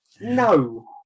no